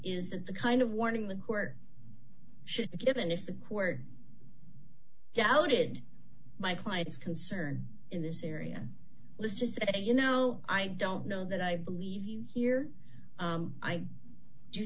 is that the kind of warning the court should be given if the court i doubted my client's concern in this area let's just say you know i don't know that i believe you here i do